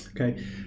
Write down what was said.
okay